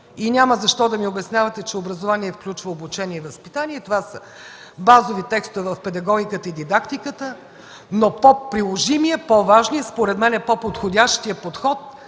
Няма защо да ми обяснявате, че образование включва обучение и възпитание. Това са базови текстове в педагогиката и дидактиката, но по-приложимият, по-важният и според мен по-подходящия подход